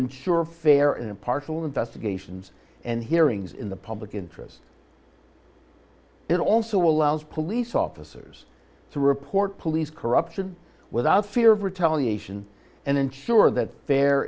ensure fair impartial investigations and hearings in the public interest it also allows police officers to report police corruption without fear of retaliation and ensure that